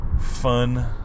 Fun